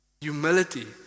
Humility